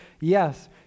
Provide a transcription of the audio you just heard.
Yes